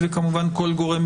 הדברים.